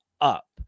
up